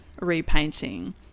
repainting